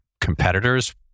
competitors